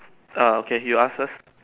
err okay you ask first